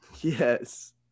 Yes